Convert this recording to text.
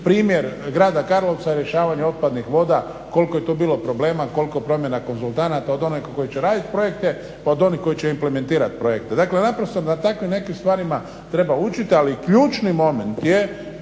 primjer grada Karlovca, rješavanje otpadnih voda koliko je tu bilo problema, koliko promjena konzultanata od onih koji će radit projekte, od onih koji će implementirat projekte. Dakle, naprosto na takvim nekim stvarima treba učiti, ali ključni moment je